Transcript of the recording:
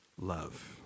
love